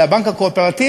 של הבנק הקואופרטיבי,